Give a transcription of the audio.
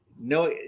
no